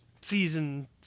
season